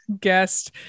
guest